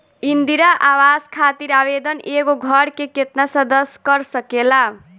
इंदिरा आवास खातिर आवेदन एगो घर के केतना सदस्य कर सकेला?